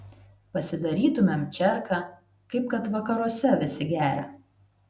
pasidarytumėm čerką kaip kad vakaruose visi geria